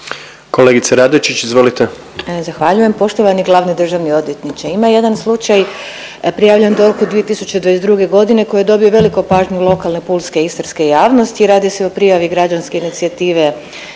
Dušica (Možemo!)** Zahvaljujem. Poštovani glavni državni odvjetniče ima jedan slučaj prijavljen DORH-u 2022. godine koji je dobio veliku pažnju lokalne pulske istarske javnosti. Radi se o prijavi građanske inicijative